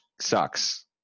sucks